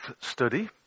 study